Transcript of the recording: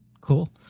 Cool